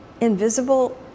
invisible